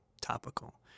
topical